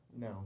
No